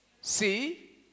see